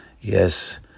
Yes